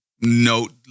note